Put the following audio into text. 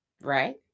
right